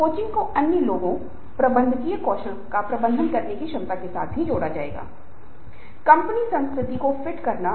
हर दिन उसने अपनी डायरी में लिखा कि मैं एक होटल बनाऊंगा जो दुनिया के सबसे अच्छे होटलों में से एक होगा